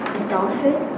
adulthood